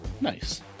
nice